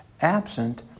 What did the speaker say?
absent